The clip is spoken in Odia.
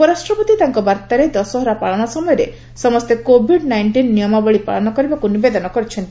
ଉପରାଷ୍ଟ୍ରପତି ତାଙ୍କ ବାର୍ତ୍ତାରେ ଦଶହରା ପାଳନ ସମୟରେ ସମସ୍ତେ କୋଭିଡ୍ ନାଇଷ୍ଟିନ୍ ନିୟମାବଳୀ ପାଳନ କରିବାକୁ ନିବେଦନ କରିଛନ୍ତି